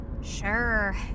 Sure